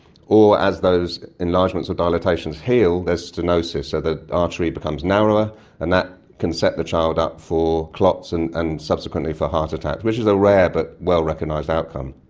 or, as those enlargements or dilatations heal there's stenosis, so the artery becomes narrower and that can set the child up for clots and and subsequently for heart attacks, which is a rare but well-recognised outcome.